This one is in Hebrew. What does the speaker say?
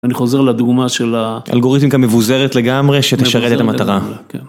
אני חוזר לדוגמה של ה... אלגוריתמיקה מבוזרת לגמרי שתשרת את המטרה.